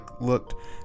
looked